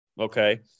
okay